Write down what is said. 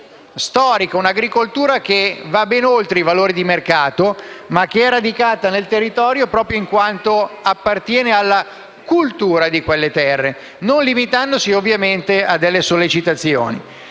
un'agricoltura che va ben oltre i valori di mercato e che è radicata nel territorio proprio in quanto appartiene alla cultura di quelle terre, non limitandosi, ovviamente, a delle sollecitazioni.